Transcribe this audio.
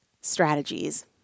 strategies